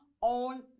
on